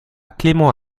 clément